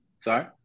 Sorry